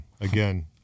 Again